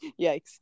yikes